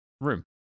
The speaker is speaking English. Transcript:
room